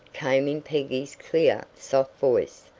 came in peggy's clear, soft voice.